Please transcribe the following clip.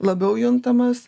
labiau juntamas